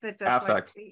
affect